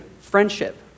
friendship